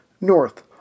north